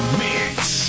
mix